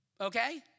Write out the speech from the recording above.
okay